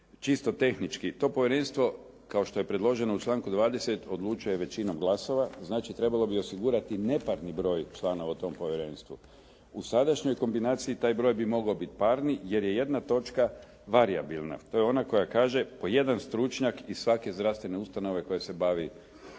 čisto tehnički to povjerenstvo kao što je predloženo u članku 20. odlučuje većinom glasova. Znači, trebalo bi osigurati neparni broj članova u tom povjerenstvu. U sadašnjoj kombinaciji taj broj bi mogao biti parni jer je jedna točka varijabilna. To je ona koja kaže po jedan stručnjak iz svake zdravstvene ustanove koja se bavi medicinski